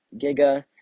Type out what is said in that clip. Giga